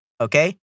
Okay